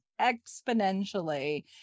exponentially